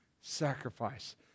sacrifice